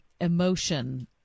emotion